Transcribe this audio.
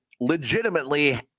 legitimately